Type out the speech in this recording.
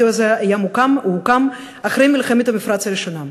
הרדיו הזה הוקם אחרי מלחמת המפרץ הראשונה.